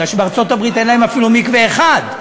בגלל שבארצות-הברית אין להם אפילו מקווה אחד.